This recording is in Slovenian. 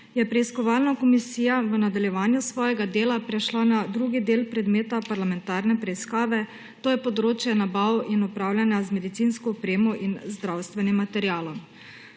je preiskovalna komisija v nadaljevanju svojega dela prešla na drugi del predmeta parlamentarne preiskave, to je področje nabav in upravljanja z medicinsko opremo in zdravstvenim materialom.